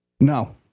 No